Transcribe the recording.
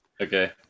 okay